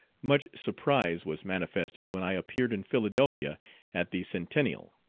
much surprise was manifested when i appeared in philadelphia at the centennial.